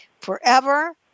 forever